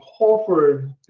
Hawford